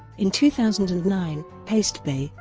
in two thousand and nine, pastebay,